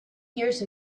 years